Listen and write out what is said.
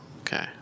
Okay